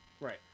Right